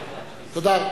תודה.